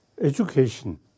education